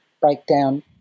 breakdown